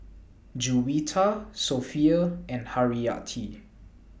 Juwita Sofea and Haryati